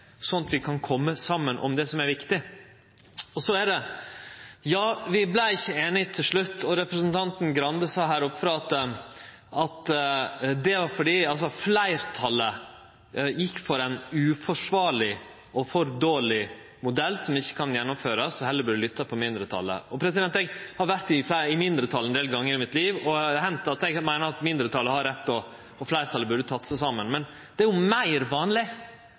vi kan kome saman om det som er viktig. Vi vart ikkje einige til slutt, og representanten Arild Grande sa her oppe at det var fordi fleirtalet gjekk inn for ein uforsvarleg og for dårleg modell som ikkje kan gjennomførast, at ein heller burde lytte til mindretalet. Eg har vore i mindretal ein del gonger i mitt liv. Det har hendt eg meiner at mindretalet har rett, og at fleirtalet burde teke seg saman. Men det er meir vanleg